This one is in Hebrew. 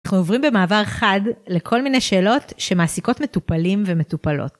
אנחנו עוברים, במעבר חד, לכל מיני שאלות שמעסיקות מטופלים ומטופלות.